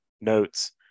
notes